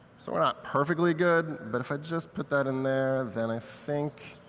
so we're not perfectly good, but if i just put that in there, then i think